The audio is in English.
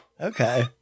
okay